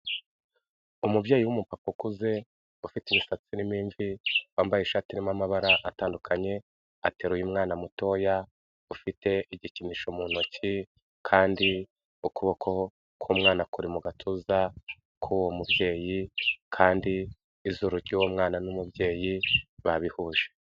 Umubyeyi w'umupapa ukuze, ufite imisatsi irimo imvi, wambaye ishati irimo amabara atandukanye, ateruye umwana mutoya, ufite igikinisho mu ntoki kandi ukuboko k'umwana kuri mu gatuza k'uwo mubyeyi kandi izuru ry'uwo mwana n'umubyeyi babihuje.